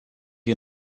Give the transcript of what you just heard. you